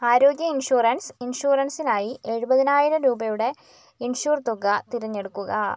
ആരോഗ്യ ഇൻഷുറൻസ് ഇൻഷുറൻസിനായി എഴുപതിനായിയിരം രൂപയുടെ ഇൻഷുർ തുക തിരഞ്ഞെടുക്കുക